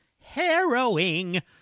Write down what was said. harrowing